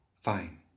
Fine